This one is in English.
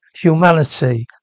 humanity